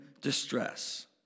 distress